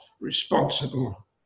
responsible